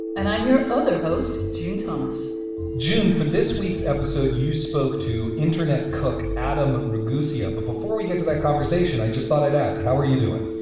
and i'm your other host. june thomas june for this week's episode, you spoke to internet cook adam ragusa. but before we get to that conversation, i just thought i'd ask, how are you doing?